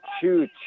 two